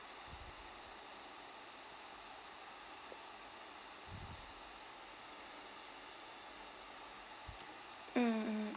mm mm